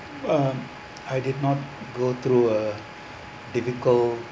um I did not go through a difficult